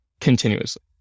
continuously